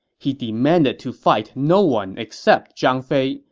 he demanded to fight no one except zhang fei,